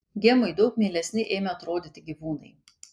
gemai daug mielesni ėmė atrodyti gyvūnai